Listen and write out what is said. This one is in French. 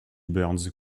burns